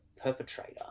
perpetrator